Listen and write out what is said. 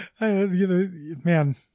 man